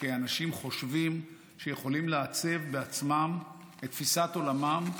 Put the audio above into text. כאנשים חושבים שיכולים לעצב בעצמם את תפיסת עולמם,